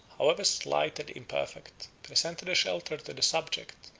however slight and imperfect, presented a shelter to the subject,